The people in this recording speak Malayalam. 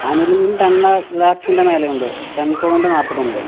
ആനുവൽ ഇൻകം ടെൻ ലാക്സിൻറെ മേലെയുണ്ട് ടെൻ പോയിൻറ് നാല്പതുണ്ട്